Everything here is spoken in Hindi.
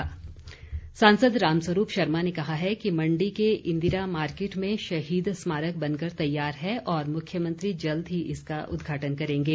राम स्वरूप सांसद राम स्वरूप शर्मा ने कहा है कि मण्डी के इंदिरा मार्किट में शहीद स्मारक बनकर तैयार है और मुख्यमंत्री जल्द ही इसका उद्घाटन करेंगे